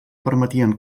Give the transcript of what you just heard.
permetien